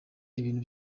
ibintu